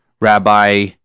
Rabbi